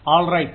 alright